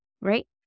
Right